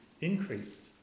increased